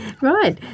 Right